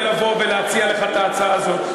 לבוא ולהציע לך את ההצעה הזאת?